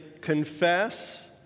confess